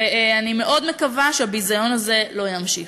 ואני מאוד מקווה שהביזיון הזה לא יימשך.